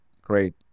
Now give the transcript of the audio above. great